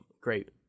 great